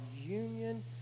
union